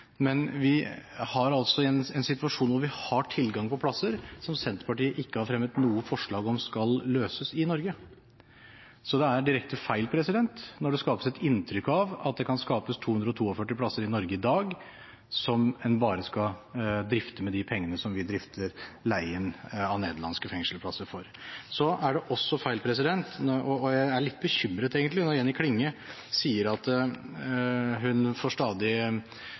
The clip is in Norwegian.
Men vi har altså en situasjon hvor vi har tilgang på plasser, som Senterpartiet ikke har fremmet noe forslag om skal løses i Norge. Så det er direkte feil når det skapes et inntrykk av at det kan skapes 242 plasser i Norge i dag som en bare skal drifte med de pengene som vi drifter de leide nederlandske fengselsplassene for. Det er også feil – og jeg blir egentlig litt bekymret – når Jenny Klinge sier at hun stadig får